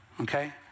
okay